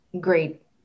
great